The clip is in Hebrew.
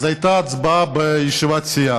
אז הייתה הצבעה בישיבת הסיעה.